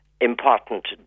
important